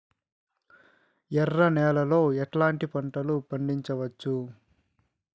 ఎర్ర నేలలో ఎట్లాంటి పంట లు పండించవచ్చు వచ్చు?